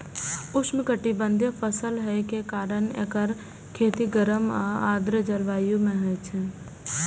उष्णकटिबंधीय फसल होइ के कारण एकर खेती गर्म आ आर्द्र जलवायु मे होइ छै